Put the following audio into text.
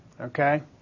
Okay